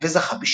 וזכה בשניים.